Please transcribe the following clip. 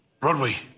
Broadway